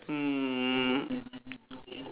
um